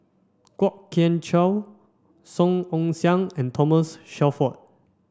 Kwok Kian Chow Song Ong Siang and Thomas Shelford